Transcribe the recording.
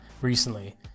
recently